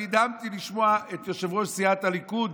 נדהמתי לשמוע את יושב-ראש סיעת הליכוד